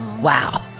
Wow